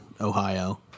Ohio